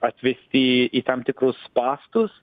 atvesti į tam tikrus spąstus